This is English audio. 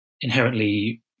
inherently